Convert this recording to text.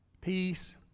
peace